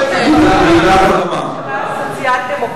כדי שהאוצר סוף-סוף יבין, רעידת אדמה, לצערי.